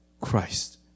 Christ